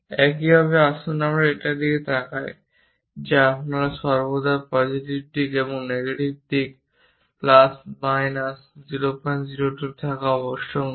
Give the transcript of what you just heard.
একইভাবে আসুন আমরা এটির দিকে তাকাই যে আপনার সর্বদা পজিটিভ দিক এবং নেগেটিভ দিকে প্লাস বা বিয়োগ 002 থাকা আবশ্যক নয়